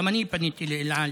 גם אני פניתי לאל על